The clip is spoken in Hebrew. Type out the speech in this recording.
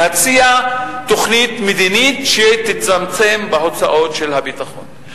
להציע תוכנית מדינית שתצמצם את הוצאות הביטחון.